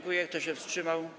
Kto się wstrzymał?